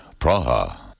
Praha